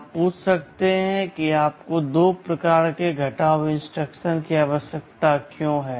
आप पूछ सकते हैं कि आपको दो प्रकार के घटाव इंस्ट्रक्शन की आवश्यकता क्यों है